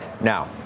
Now